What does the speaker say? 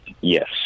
yes